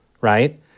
right